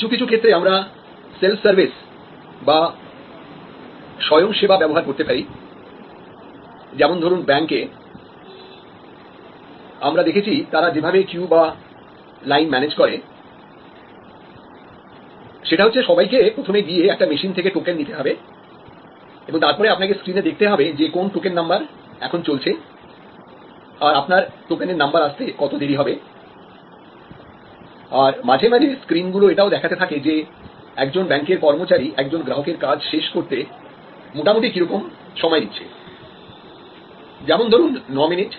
কিছু কিছু ক্ষেত্রে আমরা self serviceসেল্ফ সার্ভিসব্যবহার করতে পারি যেমন ধরুন ব্যাংকে আমরা দেখেছি তারা যেভাবে কিউ ম্যানেজ করে সেটা হচ্ছে সবাইকে প্রথমে গিয়ে একটা মেশিন থেকে টোকেননিতে হবে আর তারপরে আপনাকে স্ক্রিনে দেখতে হবে যে কোন টোকেন নাম্বার চলছে আর আপনার টোকেনের নাম্বার আসতে কত দেরি হবে আর মাঝে মাঝে স্ক্রিন গুলো এটাও দেখাতে থাকে যে একজন ব্যাংকের কর্মচারী একজন গ্রাহকের কাজ শেষ করতে মোটামুটি কিরকম সময় নিচ্ছে যেমন ধরুন ন মিনিট